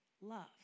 love